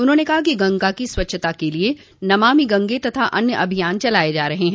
उन्होंने कहा कि गंगा की स्वच्छता के लिए नमामि गंगे तथा अन्य अभियान चलाये जा रहे हैं